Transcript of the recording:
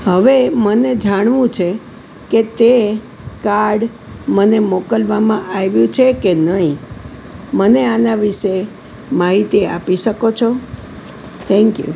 હવે મને જાણવું છે કે તે કાર્ડ મને મોકલવામાં આવ્યું છે કે નહીં મને આના વિશે માહિતી આપી શકો છો થેન્ક યુ